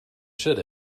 should